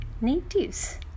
natives